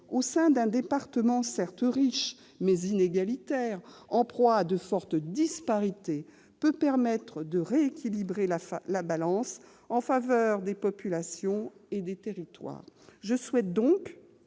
au sein d'un département certes riche, mais inégalitaire et en proie à de fortes disparités, peut permettre de rééquilibrer la balance en faveur des populations et des territoires. Je souhaite donc,